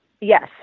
Yes